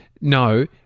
no